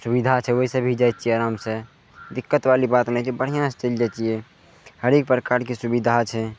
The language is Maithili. सुविधा छै ओइसँ भी जाइ छियै आरामसँ दिक्कतवाली बात नहि छै बढ़िआँसँ चलि जाइ छियै हरेक प्रकारके सुविधा छै